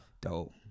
dope